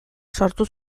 sortu